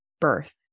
birth